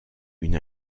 une